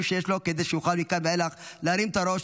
שיש לו כדי שהוא יוכל מכאן ואילך להרים את הראש,